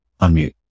Unmute